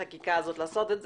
החקיקה הזאת, לעשות את זה.